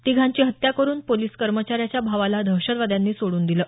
तिघांची हत्या करुन पोलिस कर्मचाऱ्याच्या भावाला दहशतवाद्यांनी सोडून दिलं